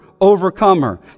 overcomer